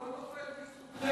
הוא לא נופל בזכותכם.